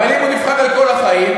אבל אם הוא נבחר לכל החיים,